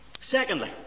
Secondly